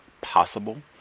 possible